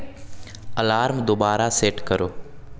alarm दोबारा set करो